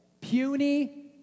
Puny